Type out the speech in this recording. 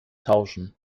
tauschen